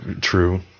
True